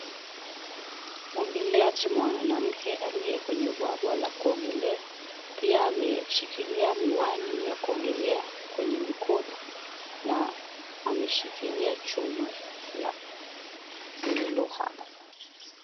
Mwogeleaji mwanamke aliye kwenye bwaba la kuogelea, pia ameshikilia miwani ya kuogelea kwenye mikono na ameshikilia chuma lililo hapo.